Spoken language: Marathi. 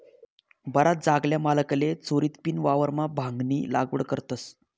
बराच जागल्या मालकले चोरीदपीन वावरमा भांगनी लागवड करतस